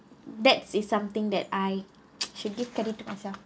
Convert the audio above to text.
that is something that I should give credit to myself